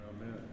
Amen